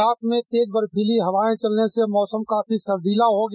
साथ में तेज बर्फीली हवायें चलने से मौसम काफी सर्दीलॉ हो गया